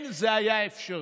כן, זה היה אפשרי.